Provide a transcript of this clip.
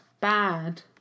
Bad